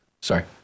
Sorry